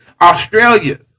Australia